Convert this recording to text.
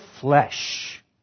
flesh